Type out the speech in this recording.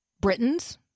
Britons